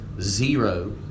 zero